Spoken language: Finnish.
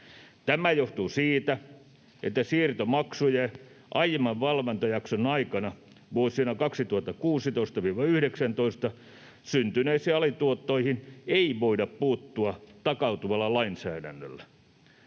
Tämä johtuu siitä, että siirtomaksujen aiemman valvontajakson aikana, vuosina 2016–2019 syntyneisiin alituottoihin ei voida puuttua takautuvalla lainsäädännöllä.